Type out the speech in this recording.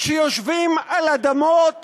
שיושבים על אדמות